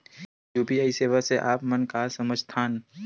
UPI सेवा से आप मन का समझ थान?